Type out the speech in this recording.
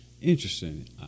Interesting